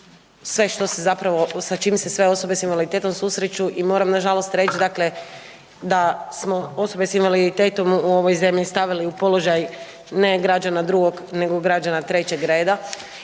sve što se zapravo s čim se sve osobe sa invaliditetom susreću i moram nažalost reći dakle da smo osobe sa invaliditetom u ovoj zemlji stavili u položaj ne građana drugog nego građana trećeg reda